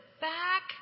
back